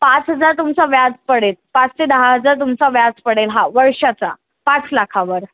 पाच हजार तुमचा व्याज पडेल पाच ते दहा हजार तुमचा व्याज पडेल हा वर्षाचा पाच लाखावर